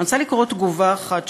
אני רוצה לקרוא תגובה אחת,